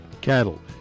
Cattle